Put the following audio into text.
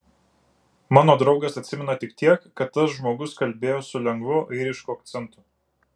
mano draugas atsimena tik tiek kad tas žmogus kalbėjo su lengvu airišku akcentu